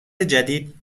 جدید